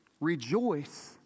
rejoice